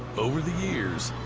over the years,